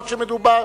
אף-על-פי שמדובר,